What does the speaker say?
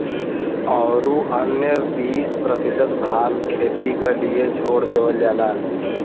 औरू अन्य बीस प्रतिशत भाग खेती क लिए छोड़ देवल जाला